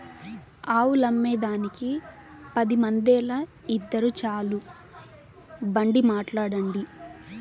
ఆవులమ్మేదానికి పది మందేల, ఇద్దురు చాలు బండి మాట్లాడండి